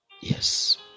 yes